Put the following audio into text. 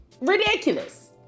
ridiculous